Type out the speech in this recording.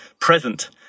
present